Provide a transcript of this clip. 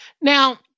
Now